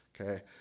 Okay